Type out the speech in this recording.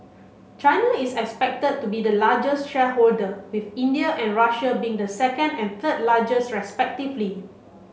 China is expected to be the largest shareholder with India and Russia being the second and third largest respectively